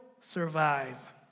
survive